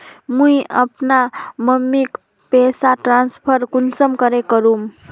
मुई अपना मम्मीक पैसा ट्रांसफर कुंसम करे करूम?